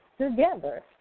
together